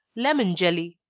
lemon jelly.